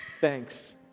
Thanks